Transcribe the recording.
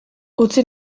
utzi